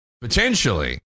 potentially